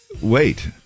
Wait